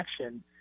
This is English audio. action